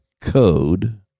code